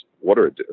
water